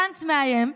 גנץ מאיים,